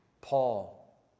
Paul